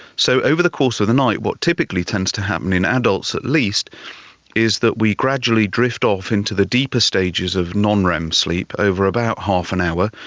so over the course of the night what typically tends to happen in adults at least is that we gradually drift off into the deeper stages of non-rem sleep over about half an hour,